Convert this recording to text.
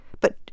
But